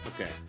Okay